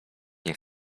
nie